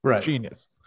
genius